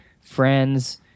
friends